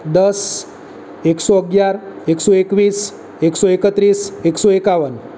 દસ એકસો અગિયાર એકસો એકવીસ એકસો એકત્રીસ એકસો એકાવન